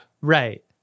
Right